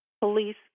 police